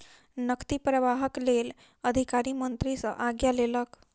नकदी प्रवाहक लेल अधिकारी मंत्री सॅ आज्ञा लेलक